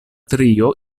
trio